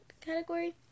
category